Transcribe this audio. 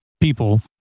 people